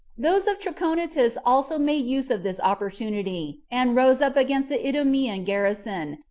those of trachonitis also made use of this opportunity, and rose up against the idumean garrison,